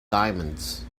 diamonds